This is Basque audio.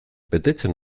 betetzen